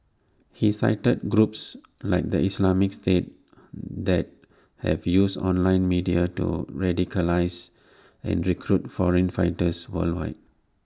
he cited groups like the Islamic state that have used online media to radicalise and recruit foreign fighters worldwide